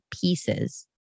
pieces